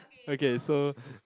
okay so